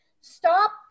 stop